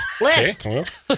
List